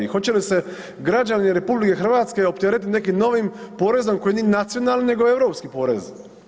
Hoće li se građani RH opteretit nekim novim porezom koji nije nacionalni nego europski porez.